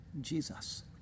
Jesus